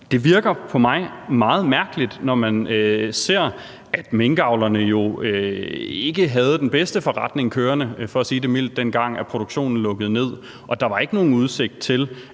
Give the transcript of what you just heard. det virker på mig meget mærkeligt, når man ser på, at minkavlerne jo ikke havde den bedste forretning kørende – for at sige det mildt – dengang produktionen lukkede ned og der ikke var nogen udsigt til,